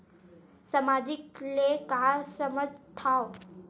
सामाजिक ले का समझ थाव?